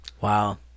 Wow